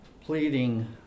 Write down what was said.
pleading